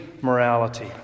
morality